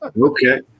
Okay